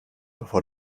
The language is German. bevor